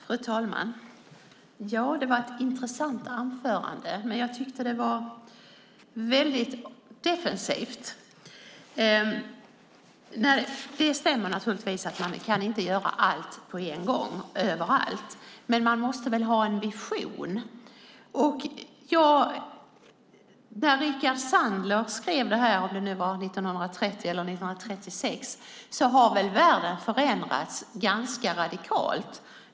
Fru talman! Det var ett intressant anförande, men jag tyckte att det var väldigt defensivt. Det stämmer naturligtvis att man inte kan göra allt på en gång överallt. Men man måste väl ha en vision. Efter att Rickard Sandler skrev detta - om det nu var 1930 eller 1936 - har väl världen förändrats ganska radikalt.